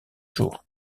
jours